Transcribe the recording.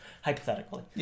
hypothetically